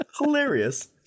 hilarious